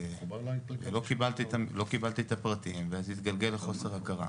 לא קיבלתי את הפרטים ואז התגלגל לחוסר הכרה,